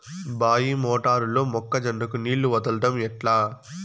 బాయి మోటారు లో మొక్క జొన్నకు నీళ్లు వదలడం ఎట్లా?